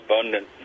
abundant